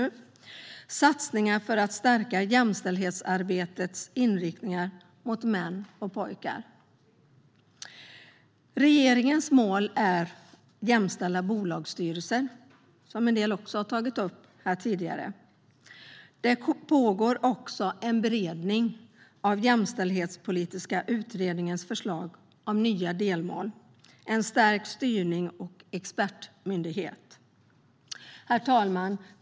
Man har också gjort satsningar för att stärka jämställdhetsarbetets inriktningar mot män och pojkar. Regeringens mål är jämställda bolagsstyrelser, vilket en del också har tagit upp här tidigare. Det pågår en beredning av den jämställdhetspolitiska utredningens förslag om nya delmål, stärkt styrning och en expertmyndighet. Herr talman!